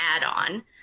add-on